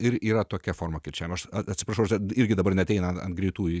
ir yra tokia forma kirčiavimo aš atsiprašau aš net irgi dabar neateina ant greitųjų